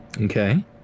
okay